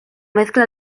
mezcla